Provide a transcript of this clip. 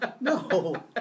No